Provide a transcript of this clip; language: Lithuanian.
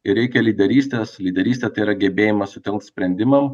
ir reikia lyderystės lyderystė tai yra gebėjimas sutelkt sprendimam